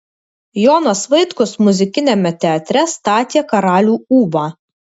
jonas vaitkus muzikiniame teatre statė karalių ūbą